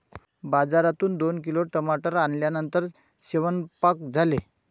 बाजारातून दोन किलो टमाटर आणल्यानंतर सेवन्पाक झाले